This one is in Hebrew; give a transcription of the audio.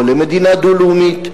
או למדינה דו-לאומית,